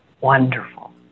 Wonderful